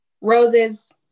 roses